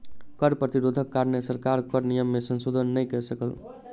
कर प्रतिरोधक कारणेँ सरकार कर नियम में संशोधन नै कय सकल